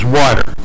water